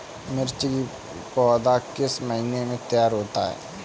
मिर्च की पौधा किस महीने में तैयार होता है?